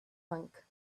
monk